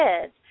kids